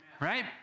right